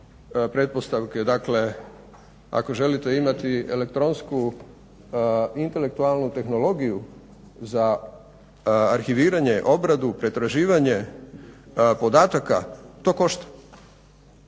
pretpostavke, dakle ako želite imati elektronsku intelektualnu tehnologiju za arhiviranje, obradu, pretraživanje podataka, to košta.